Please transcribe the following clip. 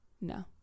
No